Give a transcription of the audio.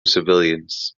civilians